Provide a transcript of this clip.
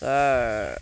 sir